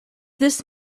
this